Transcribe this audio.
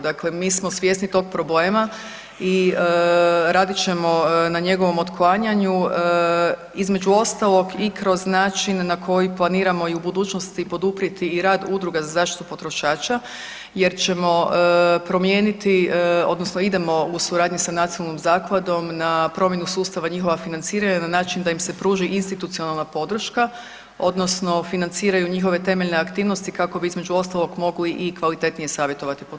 Dakle, mi smo svjesni tog problema i radit ćemo na njegovom otklanjanju između ostalog i kroz način na koji planiramo i u budućnosti poduprijeti i rad udruga za zaštitu potrošača jer ćemo promijeniti odnosno idemo u suradnji sa nacionalnom zakladom na promjenu sustava njihova financiranja na način da im se pruži institucionalna podrška odnosno financiraju njihove temeljne aktivnosti kako bi između ostalog mogli i kvalitetnije savjetovati